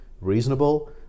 reasonable